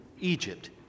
Egypt